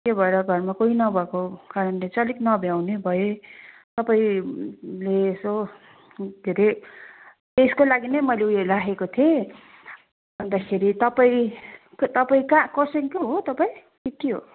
त्यो भएर घरमा कोही नभएको कारणले चाहिँ अलिक नभ्याउने भए तपाईँले यसो के अरे त्यसको लागि नै मैले ऊ यो राखेको थिएँ अन्तखेरि तपाईँ तपाईँ कहाँ खरसाङकै हो तपाईँ कि के हो